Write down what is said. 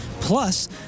plus